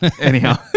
Anyhow